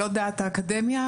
זה לא דעת האקדמיה,